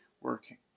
working